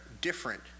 different